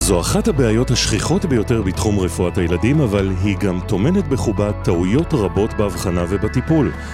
זו אחת הבעיות השכיחות ביותר בתחום רפואת הילדים, אבל היא גם טומנת בחובה טעויות רבות בהבחנה ובטיפול.